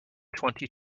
twenty